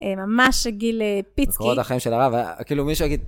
ממש עגיל פיצקי. מקורות החיים של הרב, כאילו מישהו יגיד...